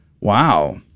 Wow